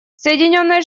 соединенные